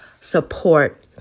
support